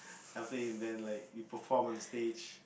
I'll play with them like we perform on stage